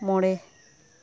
ᱢᱚᱬᱮ